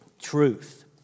Truth